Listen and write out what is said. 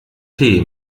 tee